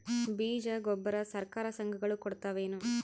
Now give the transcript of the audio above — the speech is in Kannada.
ಬೀಜ ಗೊಬ್ಬರ ಸರಕಾರ, ಸಂಘ ಗಳು ಕೊಡುತಾವೇನು?